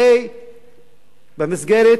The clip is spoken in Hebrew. הרי במסגרת